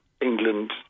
England